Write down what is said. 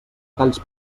talls